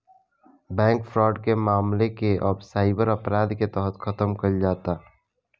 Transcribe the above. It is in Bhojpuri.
बैंक फ्रॉड के मामला के अब साइबर अपराध के तहत खतम कईल जाता